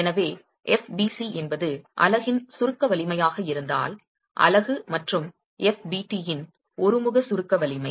எனவே fbc என்பது அலகின் சுருக்க வலிமையாக இருந்தால் அலகு மற்றும் fbt இன் ஒருமுக சுருக்க வலிமை